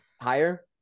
higher